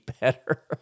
better